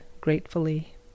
gratefully